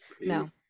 No